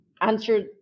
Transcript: answer